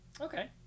Okay